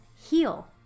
heal